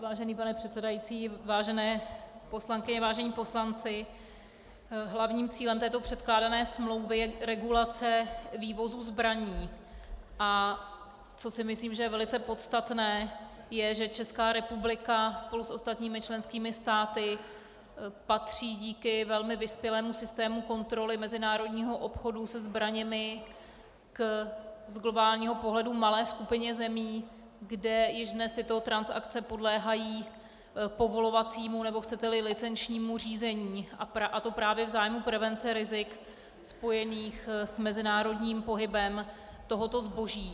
Vážený pane předsedající, vážené poslankyně, vážení poslanci, hlavním cílem této předkládané smlouvy je regulace vývozu zbraní, a co si myslím, že je velice podstatné, je, že Česká republika spolu s ostatními členskými státy patří díky velmi vyspělému systému kontroly mezinárodního obchodu se zbraněmi z globálního pohledu k malé skupině zemí, kde již dnes tyto transakce podléhají povolovacímu, nebo chceteli, licenčnímu řízení, a to právě v zájmu prevence rizik spojených s mezinárodním pohybem tohoto zboží.